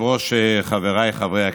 הכנסת,